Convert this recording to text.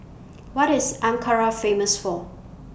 What IS Ankara Famous For